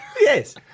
Yes